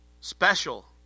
special